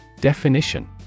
Definition